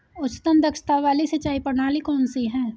उच्चतम दक्षता वाली सिंचाई प्रणाली कौन सी है?